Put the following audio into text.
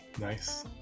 Nice